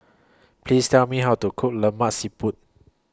Please Tell Me How to Cook Lemak Siput